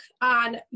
on